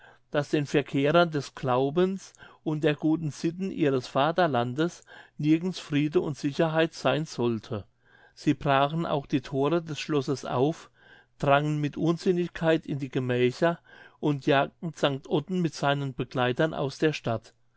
daß den verkehrern des glaubens und der guten sitten ihres vaterlandes nirgends friede und sicherheit sein sollte sie brachen auch die thore des schlosses auf drangen mit unsinnigkeit in die gemächer und jagten sanct otten mit seinen begleitern aus der stadt